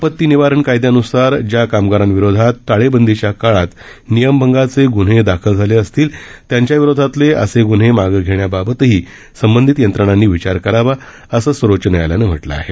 आपती निवारण कायदयानुसार ज्या कामगारांविरोधात टाळेबंदीच्या काळात नियमभंगाचे गुन्हे दाखल झाले असतील त्यांच्याविरोधातले असे गुन्हे मागं घेण्याबाबतही संबंधित यंत्रणांनी विचार करावा असं सर्वोच्च न्यायालयानं म्हटलं आहे